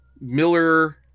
Miller